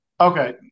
Okay